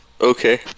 Okay